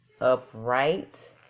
upright